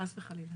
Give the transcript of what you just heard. חס וחלילה.